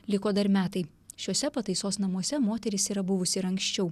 liko dar metai šiuose pataisos namuose moteris yra buvus ir anksčiau